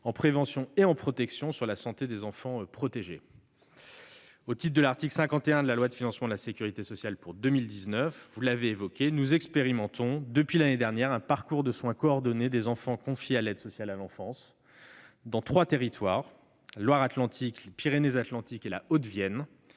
Tourenne -et en protection, sur la santé des enfants protégés. Au titre de l'article 51 de la loi de financement de la sécurité sociale pour 2019, nous expérimentons, depuis l'année dernière, un parcours de soins coordonnés des enfants confiés à l'aide sociale à l'enfance dans trois départements, la Loire-Atlantique, les Pyrénées-Atlantiques et la Haute-Vienne.